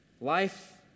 life